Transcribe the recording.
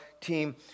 team